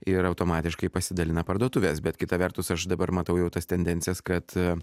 ir automatiškai pasidalina parduotuves bet kita vertus aš dabar matau jau tas tendencijas kad